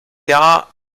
jahr